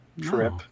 trip